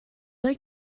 like